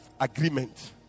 agreement